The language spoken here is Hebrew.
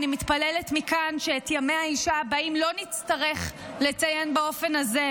אני מתפללת מכאן שאת ימי האישה הבאים לא נצטרך לציין באופן הזה,